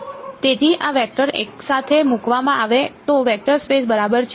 તેથી આ વેક્ટર એકસાથે મૂકવામાં આવે તો વેક્ટર સ્પેસ બરાબર છે